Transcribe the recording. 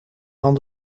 van